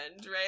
right